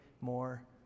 more